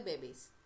babies